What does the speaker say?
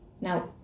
Now